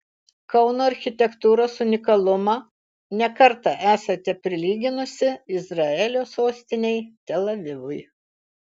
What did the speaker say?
kauno architektūros unikalumą ne kartą esate prilyginusi izraelio sostinei tel avivui